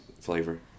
flavor